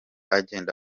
agenda